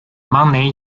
money